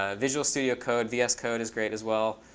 ah visual studio code, vs code, is great as well.